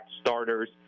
starters